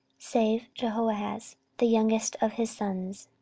save jehoahaz, the youngest of his sons.